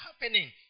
happening